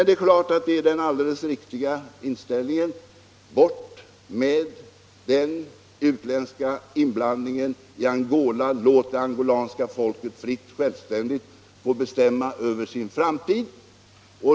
Det är klart att detta är den alldeles riktiga inställningen: Bort med den utländska inblandningen i Angola! Låt det angolanska folket fritt och självständigt få bestämma över sin framtid!